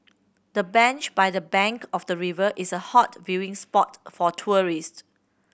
the bench by the bank of the river is a hot viewing spot for tourist